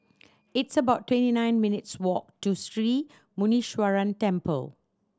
it's about twenty nine minutes' walk to Sri Muneeswaran Temple